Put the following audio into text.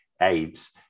aids